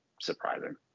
surprising